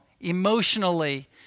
emotionally